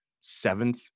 seventh